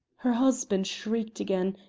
her husband shrieked again,